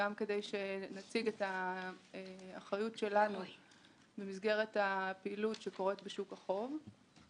וגם כדי שאציג את האחריות שלנו במסגרת הפעילות שקורית בשוק החוב.